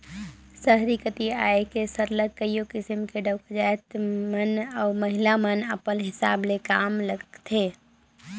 सहर कती आए के सरलग कइयो किसिम ले डउका जाएत मन अउ महिला मन अपल हिसाब ले काम में लगथें